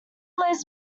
lives